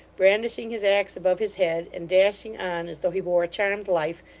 brandishing his axe above his head, and dashing on as though he bore a charmed life,